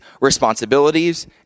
responsibilities